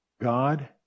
God